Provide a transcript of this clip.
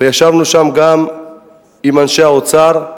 וישבנו שם גם עם אנשי האוצר,